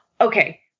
Okay